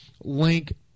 link